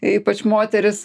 ypač moterys